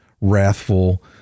wrathful